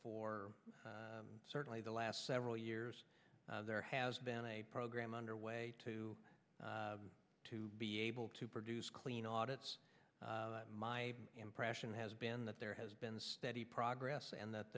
for certainly the last several years there has been a program underway to be able to produce clean audit that my impression has been that there has been steady progress and that